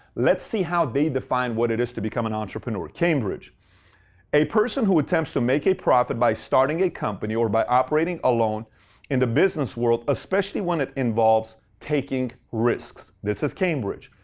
let's see how they define what it is to become an entrepreneur. cambridge a person who attempts to make a profit by starting a company or by operating alone in the business world, especially when it involves taking risks. this is cambridge.